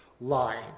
Lying